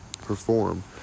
perform